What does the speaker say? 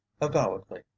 avowedly